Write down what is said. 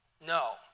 No